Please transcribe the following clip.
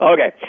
Okay